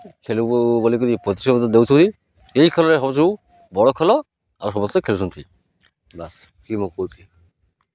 ଖେଳକୁ ବୋଲିକରି ଦଉଛନ୍ତି ଏହି ଖେଳରେ ହଉ ସବୁ ବଡ଼ ଖେଳ ଆଉ ସମସ୍ତେ ଖେଳୁଛନ୍ତି ବାସ୍ ମୁଁ କହୁଛି